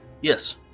Yes